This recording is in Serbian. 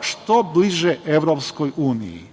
što bliže EU.I da se mi